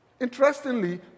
Interestingly